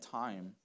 time